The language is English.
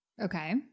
Okay